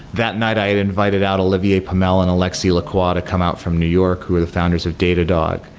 that night i had invited out olivier pomel and alexis le-quoc to come out from new york, who are the founders of datdog,